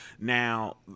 Now